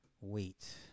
wait